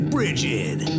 Bridget